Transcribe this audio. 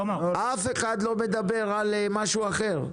אף אחד לא מדבר על משהו אחר.